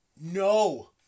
No